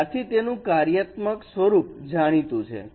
ત્યારથી તેનું કાર્યાત્મક સ્વરૂપ જાણીતું છે